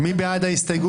מיכאל יצא,